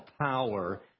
power